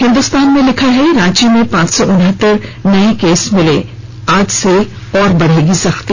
हिन्दुस्तान ने लिखा है रांची में पांच सौ उनहत्तर नए केस मिले आज से और बढ़ेगी सख्ती